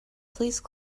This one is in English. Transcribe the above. please